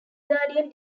guardian